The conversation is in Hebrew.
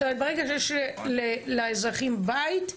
ברגע שיש לאזרחים בית,